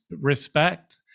respect